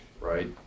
right